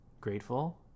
grateful